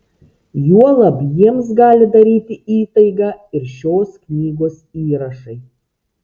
juolab jiems gali daryti įtaigą ir šios knygos įrašai